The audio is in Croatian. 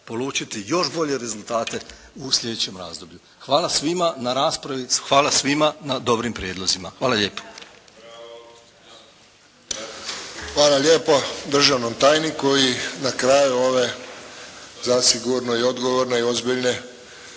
polučiti još bolje rezultate u sljedećem razdoblju. Hvala svima na raspravi. Hvala svima na dobrim prijedlozima. Hvala lijepa. **Friščić, Josip (HSS)** Hvala lijepo državnom tajniku i na kraju ove zasigurno i odgovorne i ozbiljne